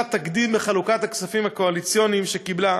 תקדים בחלוקת הכספים הקואליציוניים שקיבלה,